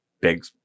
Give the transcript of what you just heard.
big